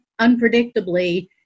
unpredictably